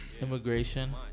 Immigration